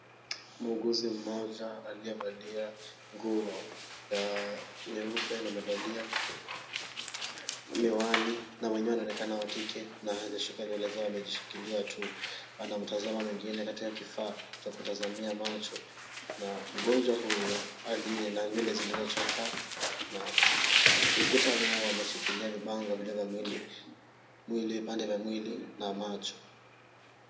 Muuguzi moja aliyevalia nguo ya nyeupe na amevalia miwani na mwenyewe anaonekana wa kike na hajashuka nywele zao amejishikilia tu. Anamtazama mwingine katika kifaa cha kutazamia macho. Mgonjwa huyo aliye na nywele zilizochakaa na ukuta mwao wameshikilia vibango vilivyo miwili miwili vipande vya miwili na macho.